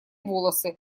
волосы